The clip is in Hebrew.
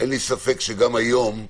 אין לי ספק שגם היום,